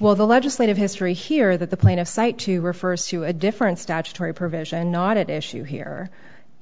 well the legislative history here that the plaintiffs cite to refers to a different statutory provision not at issue here